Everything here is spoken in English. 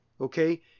okay